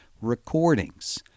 recordings